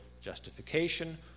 justification